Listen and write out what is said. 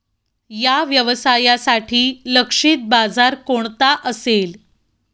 या व्यवसायासाठी लक्षित बाजार कोणता असेल?